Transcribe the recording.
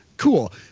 Cool